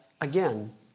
again